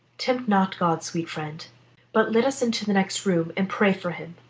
tempt not god, sweet friend but let us into the next room, and pray for him.